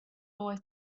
boy